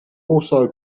also